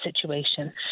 situation